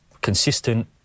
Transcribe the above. consistent